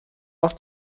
auch